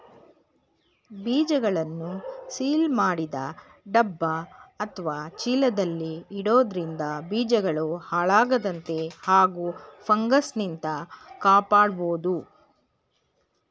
ಬೀಜಗಳನ್ನು ಸೀಲ್ ಮಾಡಿದ ಡಬ್ಬ ಅತ್ವ ಚೀಲದಲ್ಲಿ ಇಡೋದ್ರಿಂದ ಬೀಜಗಳು ಹಾಳಾಗದಂತೆ ಹಾಗೂ ಫಂಗಸ್ನಿಂದ ಕಾಪಾಡ್ಬೋದು